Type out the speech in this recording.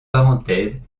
parenthèses